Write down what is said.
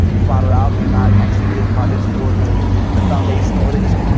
flatter out they're not actually good projects for the the foundation or they just,